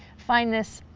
find this